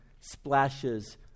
splashes